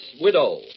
Widow